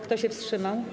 Kto się wstrzymał?